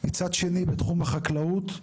מצד שני בתחום החקלאות,